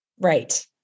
Right